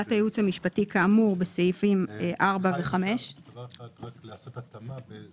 עמדת הייעוץ המשפטי כאמור בסעיפים 4 ו-5 -- אני היועץ המשפטי של